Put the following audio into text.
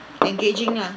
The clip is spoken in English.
engaging lah